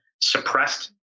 suppressed